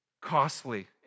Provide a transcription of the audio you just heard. costly